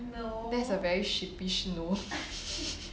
there's a very sheepish no